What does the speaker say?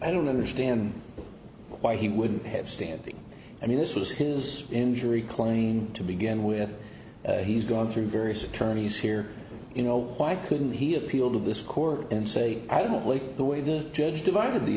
i don't understand why he wouldn't have standing i mean this was his injury claim to begin with he's gone through various attorneys here you know why couldn't he appealed to this court and say i didn't like the way the judge divided the